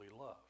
love